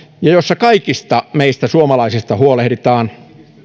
ja jossa kaikista meistä suomalaisista huolehditaan